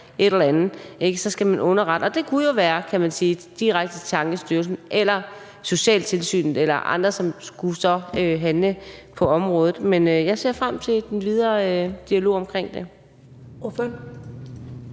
et eller andet, skal man underrette nogen – så kunne det jo være direkte til Ankestyrelsen eller socialtilsynet eller andre, som så skulle handle på området. Men jeg ser frem til den videre dialog om det.